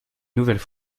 nouvelle